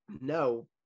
no